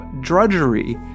drudgery